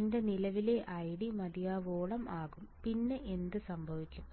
എന്റെ നിലവിലെ ID മതിയാവോളം ആകും പിന്നെ എന്ത് സംഭവിക്കും